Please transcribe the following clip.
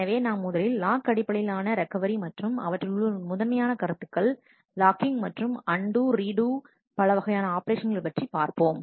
எனவே நாம் முதலில் லாக் அடிப்படையில் ஆன ரெக்கவரி மற்றும்அவற்றிலுள்ள முதன்மையான கருத்துக்கள் லாக்கிங் மற்றும் அண்டு ரீடு பலவகையான ஆபரேஷன்கள் பற்றி பார்ப்போம்